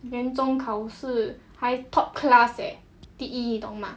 年终考试还 top class leh 第一你懂吗